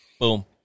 boom